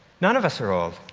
none of us are old.